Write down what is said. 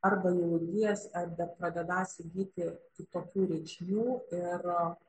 arba jau įgijęs ar bepradedąs įgyti kitokių reikšmių ir